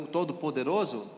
Todo-Poderoso